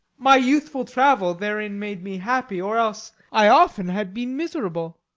my youthful travel therein made me happy, or else i often had been miserable.